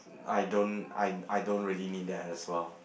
I don't I I don't really need that as well